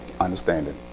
Understanding